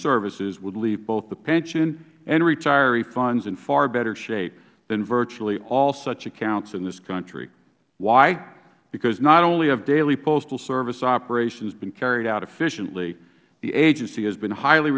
services would leave both the pension and retiree funds in far better shape than virtually all such accounts in this country why because not only have daily postal service operations been carried out efficiently the agency has been highly